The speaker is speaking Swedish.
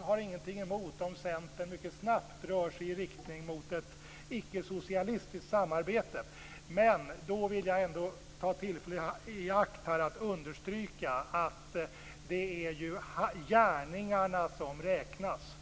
har jag inget emot om Centern mycket snabbt rör sig i riktning mot ett icke-socialistiskt samarbete, men jag vill ta tillfället i akt och understryka att det är gärningarna som räknas.